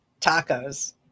Tacos